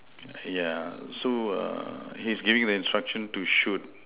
yeah so err he's giving the instruction to shoot